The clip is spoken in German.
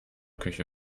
küche